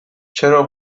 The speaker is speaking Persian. چرا